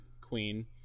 queen